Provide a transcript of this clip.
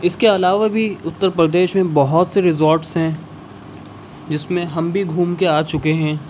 اس کے علاوہ بھی اترپردیش میں بہت سے ریزورٹس ہیں جس میں ہم بھی گھوم کے آچکے ہیں